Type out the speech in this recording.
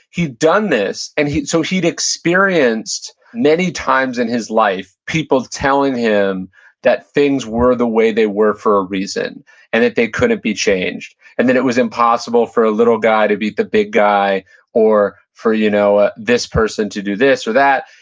he'd done this, and so he'd experienced many times in his life people telling him that things were the way they were for a reason and that they couldn't be changed and that it was impossible for a little guy to beat the big guy or for you know ah this person to do this or that.